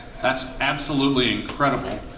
that's absolutely incredible.